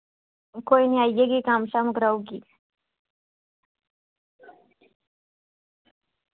कोई ना आई जाह्गी कम्म कराई ओड़गी